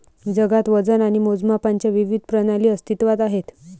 जगात वजन आणि मोजमापांच्या विविध प्रणाली अस्तित्त्वात आहेत